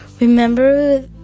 Remember